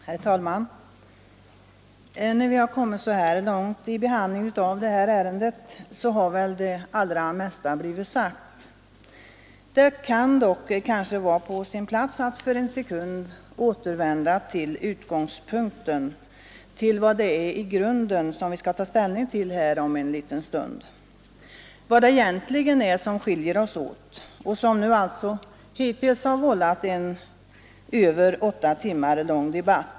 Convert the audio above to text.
Herr talman! När vi har kommit så här långt i behandlingen av detta ende har väl det allra mesta blivit sagt. Det kan dock kanske vara på sin plats att för en sekund återvända till utgångspunkten till vad det i grunden är som vi skall ta ställning till här om en liten stund, vad det egentligen är som skiljer oss åt och som har vållat en över åtta timmar lång debatt.